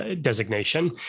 designation